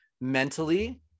mentally